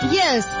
yes